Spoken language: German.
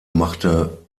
machte